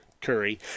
Curry